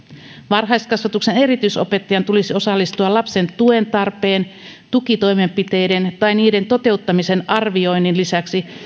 varhaiskasvatuksen erityisopettajan tulisi osallistua lapsen tuen tarpeen tukitoimenpiteiden ja niiden toteuttamisen arvioinnin lisäksi